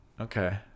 Okay